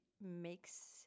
makes